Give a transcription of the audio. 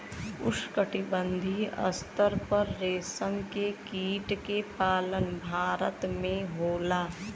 उष्णकटिबंधीय स्तर पर रेशम के कीट के पालन भारत में होला